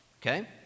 Okay